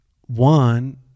one